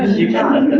you